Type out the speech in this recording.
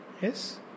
Yes